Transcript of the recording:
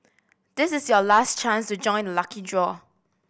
this is your last chance to join the lucky draw